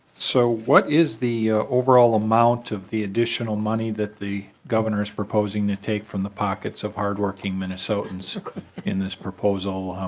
so what is the overall amount of the additional money that the governor is proposing to take from the pockets of hard-working minnesotans in this proposal?